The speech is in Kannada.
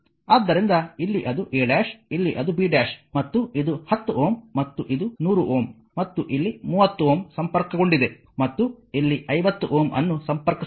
ಆದ್ದರಿಂದ ಇಲ್ಲಿ ಅದು a︲ ಇಲ್ಲಿ ಅದು b︲ ಮತ್ತು ಇದು 10 Ω ಮತ್ತು ಇದು 100 Ω ಮತ್ತು ಇಲ್ಲಿ 30 Ω ಸಂಪರ್ಕಗೊಂಡಿದೆ ಮತ್ತು ಇಲ್ಲಿ 50 Ω ಅನ್ನು ಸಂಪರ್ಕಿಸಲಾಗಿದೆ